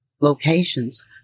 locations